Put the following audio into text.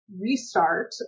restart